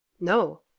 no